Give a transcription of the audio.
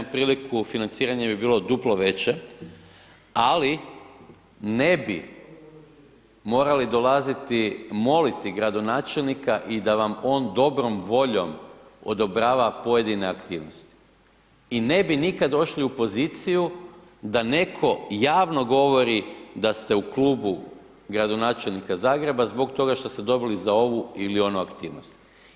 Da ja imam priliku, financiranje bi bilo duplo veće, ali ne bi morali dolaziti moliti gradonačelnika i da vam on dobrom voljom odobrava pojedine aktivnosti i ne bi nikad došli u poziciju da netko javno govori da ste u klubu gradonačelnika Zagreba zbog toga što ste dobili za ovu ili onu aktivnost.